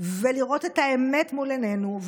ולראות את האמת מול עינינו,